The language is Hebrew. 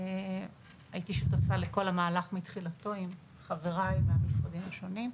והייתי שותפה לכל המהלך מתחילתו עם חבריי מהמשרדים השונים.